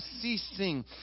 ceasing